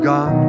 God